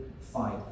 fight